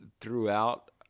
throughout